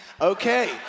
Okay